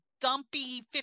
dumpy